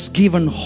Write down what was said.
given